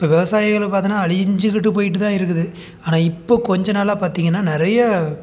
இப்போ விவசாயங்களும் பார்த்தீனா அழிஞ்சிக்கிட்டு போய்விட்டு தான் இருக்குது ஆனால் இப்போ கொஞ்ச நாளாக பார்த்தீங்கன்னா நிறைய